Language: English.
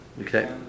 Okay